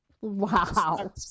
Wow